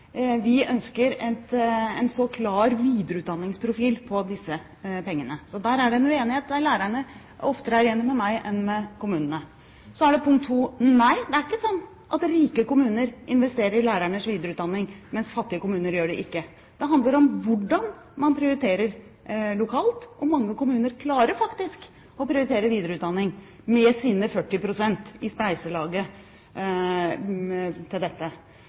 en så klar videreutdanningsprofil på disse pengene. Så det er en uenighet der lærerne oftere er enige med meg enn med kommunene. Og for det andre: Nei, det er ikke sånn at rike kommuner investerer i lærernes videreutdanning mens fattige kommuner ikke gjør det. Det handler om hvordan man prioriterer lokalt, og mange kommuner klarer faktisk å prioritere videreutdanning med sine 40 pst. i spleiselaget til dette.